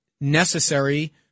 necessary